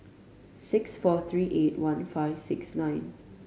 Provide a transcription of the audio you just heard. six four three eight one five six nine